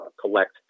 collect